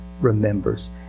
remembers